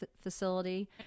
facility